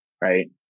right